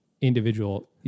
individual